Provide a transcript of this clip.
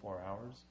four hours